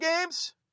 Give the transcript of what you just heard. games